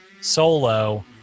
solo